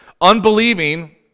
Unbelieving